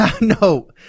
No